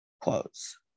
quotes